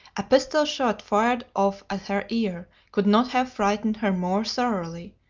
a pistol shot fired off at her ear, could not have frightened her more thoroughly.